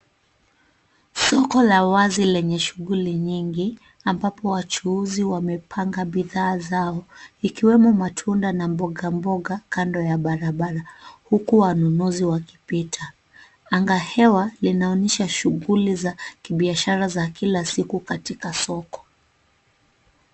Soko la wazi lenye shughuli nyingi ambapo wachuuzi wamepanga bidhaa zao. Ikiwemo matunda na mboga mboga kando ya barabara huku wanunuzi wakipita. Anga ya hewa inaonyesha shughuli za kibiashara za kila siku katika soko.